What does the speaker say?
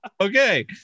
okay